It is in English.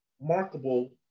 Markable